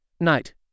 Night